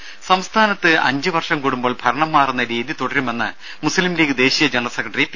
രുര സംസ്ഥാനത്ത് അഞ്ച് വർഷം കൂടുമ്പോൾ ഭരണം മാറുന്ന രീതി തുടരണമെന്ന് മുസ്ലീം ലീഗ് ദേശീയ ജനറൽ സെക്രട്ടറി പി